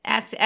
Ask